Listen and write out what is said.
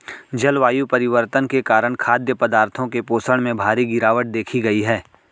जलवायु परिवर्तन के कारण खाद्य पदार्थों के पोषण में भारी गिरवाट देखी गयी है